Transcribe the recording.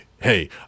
hey